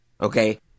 Okay